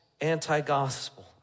anti-gospel